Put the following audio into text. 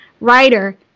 writer